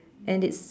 and it